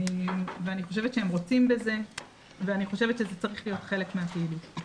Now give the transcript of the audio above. ואני חושבת שהם רוצים בזה ואני חושבת שזה צריך להיות חלק מהפעילות.